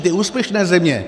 Ty úspěšné země!